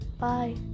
bye